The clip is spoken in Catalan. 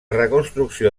reconstrucció